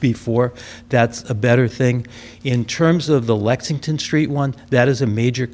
before that's a better thing in terms of the lexington street one that is a major